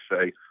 say